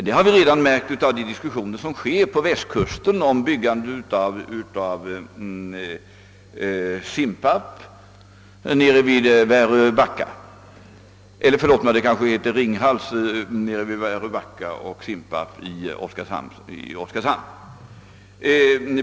Det har vi redan märkt i de diskussioner som förekommer på västkusten om byggande av en reaktor i Ringhals vid Väröbacka.